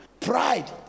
pride